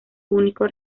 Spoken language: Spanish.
único